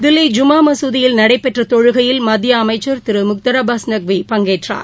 தில்லி ஜும்மா மசூதியில் நடைபெற்ற தொழுகையில் மத்திய அமைச்சா் திரு முக்தாா் அபாஸ் நக்வி பங்கேற்றார்